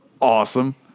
awesome